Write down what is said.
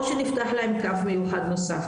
או שנפתח להם קו מיוחד נוסף,